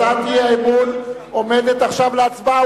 הצעת האי-אמון עומדת עכשיו להצבעה,